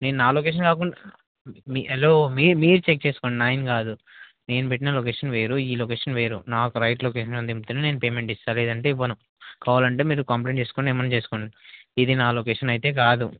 నేను నా లొకేషన్ కాకుండా హలో మీ మీరు చెక్ చేసుకోండి నేను కాదు నేను పెట్టిన లొకేషన్ వేరు ఈ లొకేషన్ వేరు నాకు రైట్ లొకేషన్లో దింపుతేనే నేను పేమెంట్ ఇస్తా లేదంటే ఇవ్వను కావాలంటే మీరు కంప్లైయింట్ చేసుకోండి ఏమైనా చేసుకోండి ఇది నా లొకేషన్ అయితే కాదు